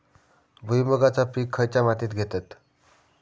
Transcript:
भुईमुगाचा पीक खयच्या मातीत घेतत?